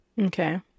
Okay